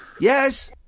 Yes